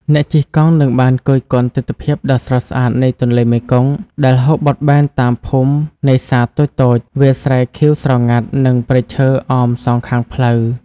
អ្នកជិះកង់នឹងបានគយគន់ទិដ្ឋភាពដ៏ស្រស់ស្អាតនៃទន្លេមេគង្គដែលហូរបត់បែនតាមភូមិនេសាទតូចៗ វាលស្រែខៀវស្រងាត់ និងព្រៃឈើអមសងខាងផ្លូវ។